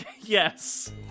Yes